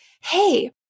hey